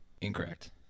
Incorrect